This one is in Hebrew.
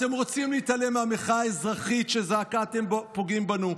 אתם רוצים להתעלם מהמחאה האזרחית שזעקה: אתם פוגעים בנו.